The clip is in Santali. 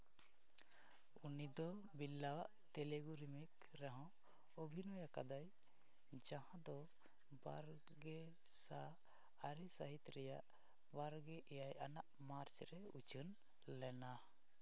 ᱩᱱᱤᱫᱚ ᱵᱤᱞᱞᱟ ᱟᱜ ᱛᱮᱞᱮᱜᱩ ᱨᱤᱢᱤᱠ ᱨᱮᱦᱚᱸ ᱚᱵᱷᱤᱱᱚᱭ ᱟᱠᱟᱫᱟᱭ ᱡᱟᱦᱟᱸ ᱫᱚ ᱵᱟᱨ ᱜᱮ ᱥᱟᱭ ᱟᱹᱨᱮ ᱥᱟᱹᱦᱤᱛ ᱨᱮᱭᱟᱜ ᱵᱟᱨᱜᱮ ᱮᱭᱟᱭ ᱟᱱᱟᱜ ᱢᱟᱨ ᱨᱮ ᱩᱪᱷᱟᱹᱱ ᱞᱮᱱᱟ